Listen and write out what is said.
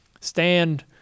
stand